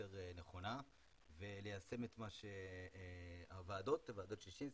נכונה וליישם את מה שוועדות ששינסקי,